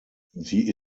sie